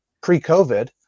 pre-COVID